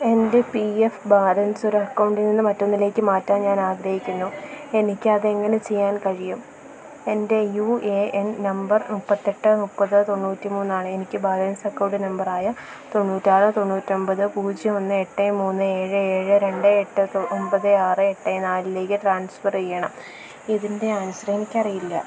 എൻ്റെ P F balance ഒരു അക്കൗണ്ടിൽ നിന്ന് മറ്റൊന്നിലേക്ക് മാറ്റാൻ ഞാൻ ആഗ്രഹിക്കുന്നു എനിക്ക് അതെങ്ങനെ ചെയ്യാൻ കഴിയും എൻ്റെ യു എ എൻ നമ്പർ മുപ്പത്തി എട്ട് മുപ്പത് തൊണ്ണൂറ്റി മൂന്നാണ് എനിക്ക് ബാലൻസ് അക്കൗണ്ട് നമ്പറായ തൊണ്ണൂറ്റി ആറ് തൊണ്ണൂറ്റി ഒമ്പത് പൂജ്യം ഒന്ന് എട്ട് മൂന്ന് ഏഴ് ഏഴ് രണ്ട് എട്ട് ഒമ്പത് ആറ് എട്ട് നാലിലേക്ക് ട്രാൻസ്ഫർ ചെയ്യണം ഇതിൻ്റെ ആൻസർ എനിക്ക് അറിയില്ല